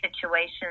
situation